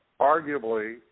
arguably